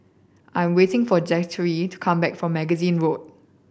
I am waiting for Zachery to come back from Magazine Road